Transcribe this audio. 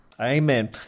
Amen